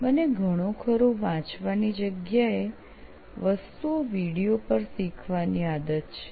મને ઘણું ખરું વાંચવાની જગ્યાએ વસ્તુઓ વિડીયો ઉપર શીખવાની આદત છે